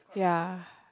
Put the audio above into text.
ya